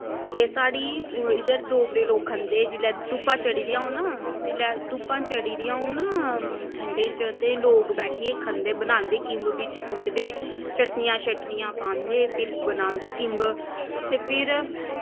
एह् साढ़ी इद्धर डोगरे लोक खंदे जिल्लै धुप्पा चढ़ी दियां होन ना जिल्लै धुप्पां चढ़ी दियां होन ना ठंडें च ते लोक बैठियै खंदे बनांदे किम्ब बिच्च कूटदे चटनियां शटनियां पांदे फिर बनांदे किम्ब ते फिर